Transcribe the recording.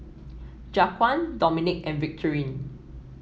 Jaquan Dominque and Victorine